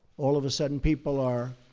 all of a sudden people are